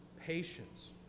Patience